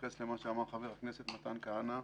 בהתייחס לדברי חבר הכנסת מתן כהנא,